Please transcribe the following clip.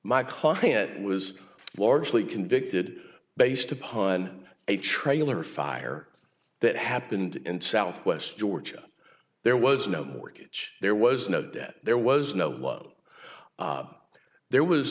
my client was largely convicted based upon a trailer fire that happened in southwest georgia there was no mortgage there was no debt there was no one there was